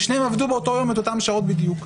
ושניהם עבדו באותו יום את אותן שעות בדיוק.